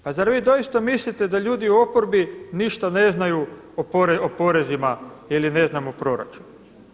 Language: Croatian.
Pa zar vi doista mislite da ljudi u oporbi ništa ne znaju o porezima ili ne znam o proračunu?